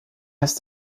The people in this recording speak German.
ist